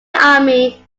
army